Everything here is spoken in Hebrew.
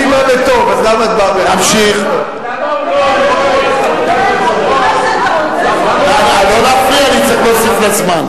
לא להפריע, אני אצטרך להוסיף לזמן.